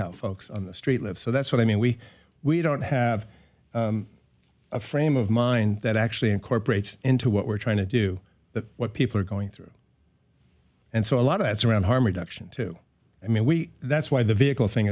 how folks on the street live so that's what i mean we we don't have a frame of mind that actually incorporates into what we're trying to do that what people are going through and so a lot of that's around harm reduction too i mean we that's why the vehicle thing